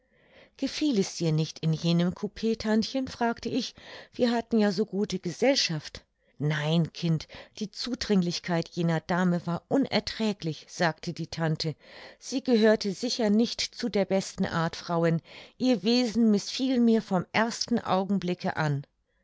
gefiel es dir nicht in jenem coup tantchen fragte ich wir hatten ja so gute gesellschaft nein kind die zudringlichkeit jener dame war unerträglich sagte die tante sie gehörte sicher nicht zu der besten art frauen ihr wesen mißfiel mir vom ersten augenblicke an